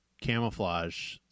camouflage